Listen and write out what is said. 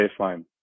baseline